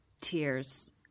tears